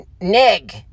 nig